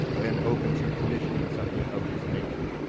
ah and open to commissioning something of this nature.